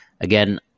Again